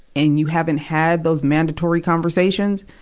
and you haven't had those mandatory conversations,